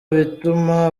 bituma